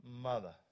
mother